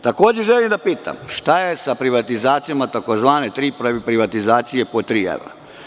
Takođe, želim da pitam – šta je sa privatizacijama tzv. tri privatizacije po tri evra?